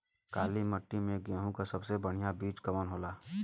काली मिट्टी में गेहूँक सबसे बढ़िया बीज कवन होला?